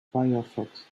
firefox